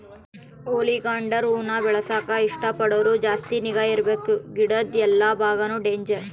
oleander ಹೂವಾನ ಬೆಳೆಸಾಕ ಇಷ್ಟ ಪಡೋರು ಜಾಸ್ತಿ ನಿಗಾ ಇರ್ಬಕು ಗಿಡುದ್ ಎಲ್ಲಾ ಬಾಗಾನು ಡೇಂಜರ್